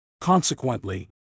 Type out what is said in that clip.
Consequently